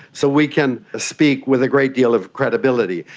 so we can speak with a great deal of credibility.